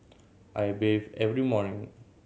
I bathe every morning